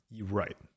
Right